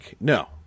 No